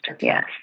Yes